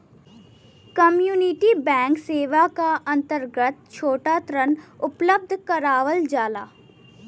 community bank सेवा क अंतर्गत छोटा ऋण उपलब्ध करावल जाला